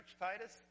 Titus